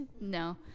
No